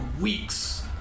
weeks